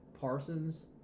Parsons